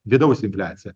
vidaus infliacija